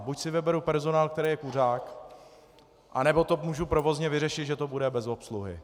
Buď si vyberu personál, který je kuřák, nebo to můžu provozně vyřešit, že to bude bez obsluhy.